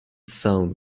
sound